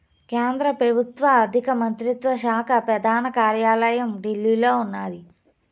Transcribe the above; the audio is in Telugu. కేంద్ర పెబుత్వ ఆర్థిక మంత్రిత్వ శాక పెదాన కార్యాలయం ఢిల్లీలో ఉన్నాది